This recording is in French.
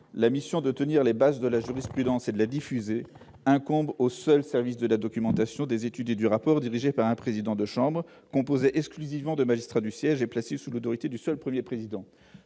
la mission de tenir les bases de la jurisprudence et de la diffuser incombe au seul service de la documentation, des études et du rapport, dirigé par un président de chambre, composé exclusivement de magistrats du siège et placé sous l'autorité du seul Premier président.